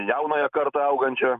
jaunąją kartą augančią